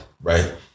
right